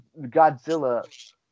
Godzilla